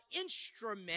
instrument